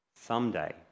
Someday